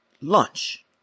lunch